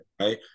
Right